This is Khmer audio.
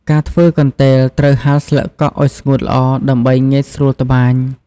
ការធ្វើកន្ទេល ត្រូវហាលស្លឹកកក់ឲ្យស្ងួតល្អដើម្បីងាយស្រួលត្បាញ។